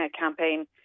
campaign